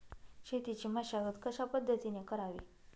शेतीची मशागत कशापद्धतीने करावी?